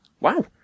wow